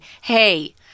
hey